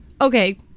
okay